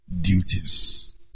duties